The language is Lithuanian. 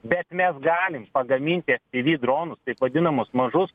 bet mes galim pagaminti civi dronus taip vadinamus mažus